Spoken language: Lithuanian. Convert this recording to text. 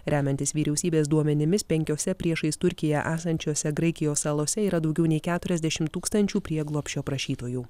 remiantis vyriausybės duomenimis penkiose priešais turkiją esančiose graikijos salose yra daugiau nei keturiasdešimt tūkstančių prieglobsčio prašytojų